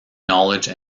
knowledge